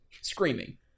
Screaming